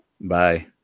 bye